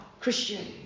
Christian